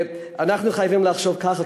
אנחנו חייבים לחשוב ככה.